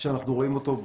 שאנחנו רואים אותו,